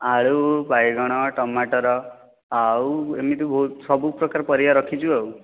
ଆଳୁ ବାଇଗଣ ଟମାଟର ଆଉ ଏମିତି ବହୁତ ସବୁ ପ୍ରକାର ପରିବା ରଖିଛୁ ଆଉ